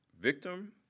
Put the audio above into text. victim